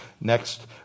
next